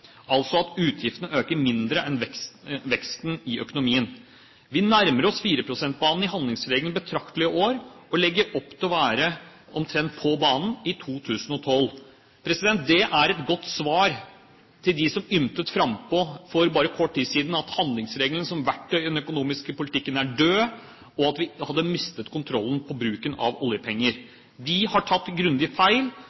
altså at utgiftene øker mindre enn veksten i økonomien. Vi nærmer oss 4-prosentbanen i handlingsregelen betraktelig i år og legger opp til å være omtrent på banen i 2012. Det er et godt svar til dem som ymtet frampå for bare kort tid siden om at handlingsregelen som verktøy i den økonomiske politikken var død, og at vi hadde mistet kontrollen på bruken av